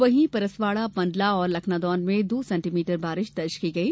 वहीं परसवाड़ा मण्डला और लखनादौन में दो सेण्टीमीटर बारिश दर्ज की गई